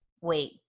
wait